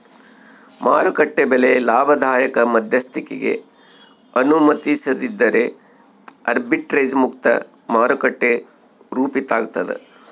ಮಾರುಕಟ್ಟೆ ಬೆಲೆ ಲಾಭದಾಯಕ ಮಧ್ಯಸ್ಥಿಕಿಗೆ ಅನುಮತಿಸದಿದ್ದರೆ ಆರ್ಬಿಟ್ರೇಜ್ ಮುಕ್ತ ಮಾರುಕಟ್ಟೆ ರೂಪಿತಾಗ್ತದ